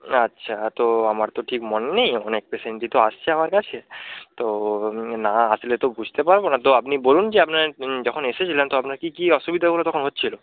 আচ্ছা তো আমার তো ঠিক মনে নেই অনেক পেশেন্টই তো আসছে আমার কাছে তো না আসলে তো বুঝতে পারবনা তো আপনি বলুন যে আপনার যখন এসেছিলেন তো আপনার কী কী অসুবিধাগুলো তখন হচ্ছিল